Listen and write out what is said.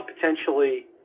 potentially